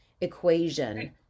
equation